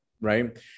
right